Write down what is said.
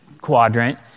quadrant